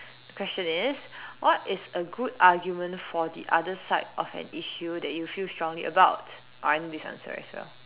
the question is what is a good argument for the other side of an issue that you feel strongly about I know this answer as well